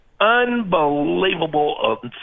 Unbelievable